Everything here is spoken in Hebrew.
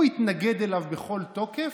הוא התנגד לו בכל תוקף,